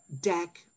Deck